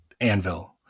Anvil